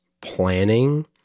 planning